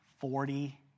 Forty